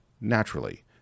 Naturally